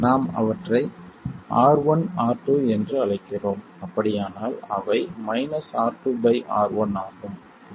நாம் அவற்றை R1 R2 என்று அழைக்கிறோம் அப்படியானால் அவை R2 R1 ஆகும்